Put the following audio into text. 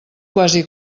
quasi